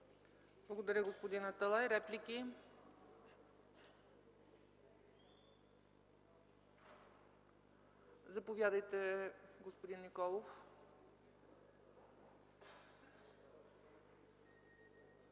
Благодаря, господин Аталай. Реплики? Заповядайте, господин Николов.